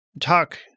talk